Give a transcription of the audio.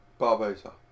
Barbosa